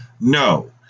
no